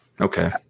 Okay